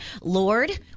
Lord